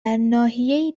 ناحیهای